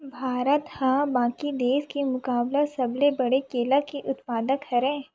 भारत हा बाकि देस के मुकाबला सबले बड़े केला के उत्पादक हरे